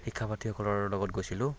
শিক্ষাপ্ৰাৰ্থীসকলৰ লগত গৈছিলোঁ